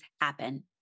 happen